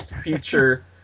future